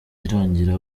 irangira